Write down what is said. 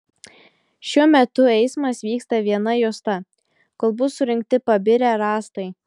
šiuo metu eismas vyksta viena juosta kol bus surinkti pabirę rąstai